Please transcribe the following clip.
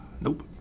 Nope